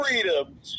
freedom